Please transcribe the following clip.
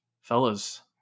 Fellas